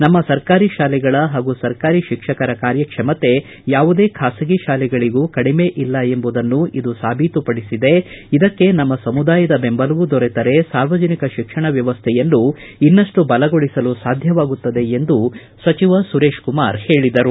ನಮ್ಮ ಸರ್ಕಾರಿ ಶಾಲೆಗಳ ಹಾಗೂ ಸರ್ಕಾರಿ ಶಿಕ್ಷಕರ ಕಾರ್ಯಕ್ಷಮತೆ ಯಾವುದೇ ಖಾಸಗಿ ಶಾಲೆಗಳಿಗೂ ಕಡಿಮೆ ಇಲ್ಲ ಎಂಬುದನ್ನು ಇದು ಸಾಬೀತುಪಡಿಸಿದೆ ಇದಕ್ಕೆ ನಮ್ಮ ಸಮುದಾಯದ ಬೆಂಬಲವೂ ದೊರೆತರೆ ಸಾರ್ವಜನಿಕ ಶಿಕ್ಷಣ ವ್ಯವಸ್ಥೆಯನ್ನು ಇನ್ನಷ್ಟು ಬಲಗೊಳಿಸಲು ಸಾಧ್ಯವಾಗುತ್ತದೆ ಎಂದು ಸುರೇಶ್ ಕುಮಾರ್ ಹೇಳಿದರು